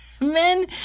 Men